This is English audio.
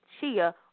Chia